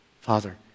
Father